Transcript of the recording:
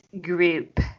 group